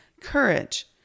courage